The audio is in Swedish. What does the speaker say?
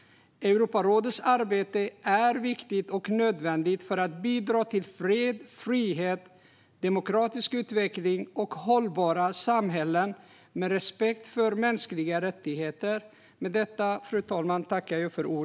Europarådets arbete är viktigt och nödvändigt för att bidra till fred, frihet, demokratisk utveckling och hållbara samhällen med respekt för mänskliga rättigheter.